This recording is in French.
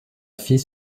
fille